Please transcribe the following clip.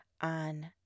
on